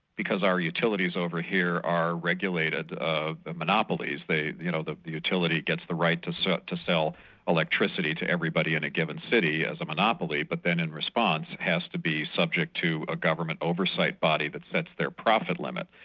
because our utilities over here are regulated ah monopolies, that you know the utility gets the right to so to sell electricity to everybody in a given city as a monopoly, but then in response it has to be subject to a government oversight body that sets their profit limit.